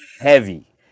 heavy